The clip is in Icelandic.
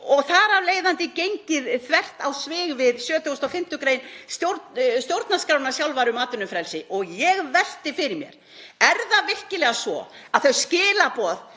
og þar af leiðandi gengið þvert á svig við 75. gr. stjórnarskrárinnar sjálfrar um atvinnufrelsi. Og ég velti fyrir mér: Er það virkilega svo að þau skilaboð